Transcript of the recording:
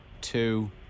Two